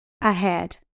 ahead